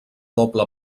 doble